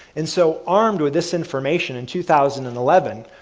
and so, armed with this information in two thousand and eleven,